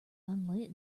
unlit